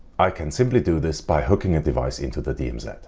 i can simply do this by hooking a device into the dmz.